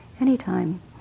anytime